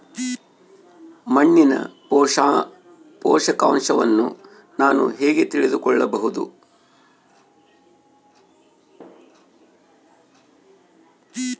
ಮಣ್ಣಿನ ಪೋಷಕಾಂಶವನ್ನು ನಾನು ಹೇಗೆ ತಿಳಿದುಕೊಳ್ಳಬಹುದು?